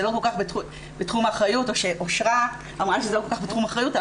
לא כל כך בתחום האחריות או שאושרה אמרה שזה לא כל כך בתחום האחריות,